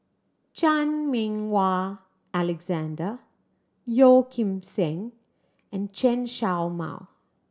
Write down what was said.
Chan Meng Wah Alexander Yeo Kim Seng and Chen Show Mao